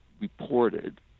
reported